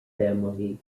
family